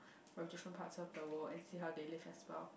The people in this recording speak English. from different parts of the world and see how they live as well